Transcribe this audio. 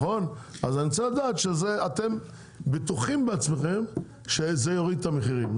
אז אני רוצה לדעת שאתם בטוחים בעצמכם שזה יוריד את המחירים.